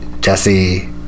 Jesse